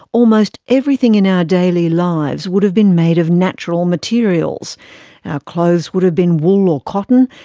almost everything in our daily lives would have been made of natural materials. our clothes would have been wool or cotton,